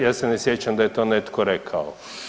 Ja se ne sjećam da je to netko rekao.